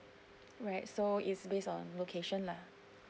right so is based on location lah